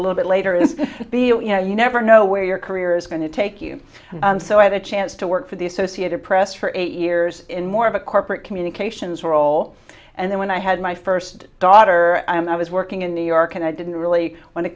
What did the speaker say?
little bit later in you know you never know where your career is going to take you so i had a chance to work for the associated press for eight years in more of a corporate communications role and then when i had my first daughter and i was working in new york and i didn't really want to